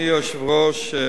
אדוני היושב-ראש,